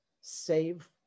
save